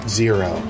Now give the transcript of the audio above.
zero